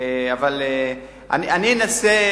אני אנסה,